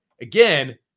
again